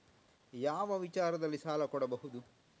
ಯಾವ ವಿಚಾರದಲ್ಲಿ ಸಾಲ ಕೊಡಬಹುದು?